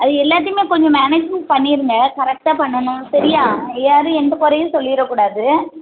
அது எல்லாத்தையுமே கொஞ்சம் மேனேஜ்மெண்ட் பண்ணிடுங்க கரெக்டாக பண்ணணும் சரியா யாரும் எந்த குறையும் சொல்லிட கூடாது